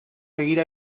seguir